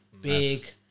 big